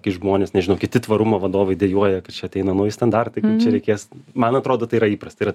kai žmonės nežino kiti tvarumo vadovai dejuoja kad čia ateina nauji standartai kad čia reikės man atrodo tai yra įprasta yra